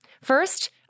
First